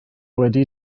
wedi